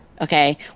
okay